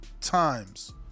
times